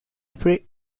free